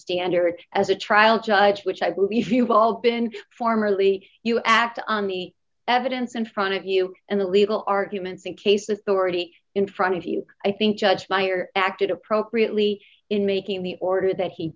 standard as a trial judge which i believe you've all been formerly you act on the evidence in front of you and the legal arguments in case authority in front of you i think judge meyer acted appropriately in making the order that he